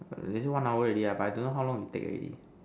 is it one hour already ah but I don't know how long we take already